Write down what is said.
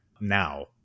now